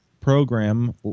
program